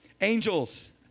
angels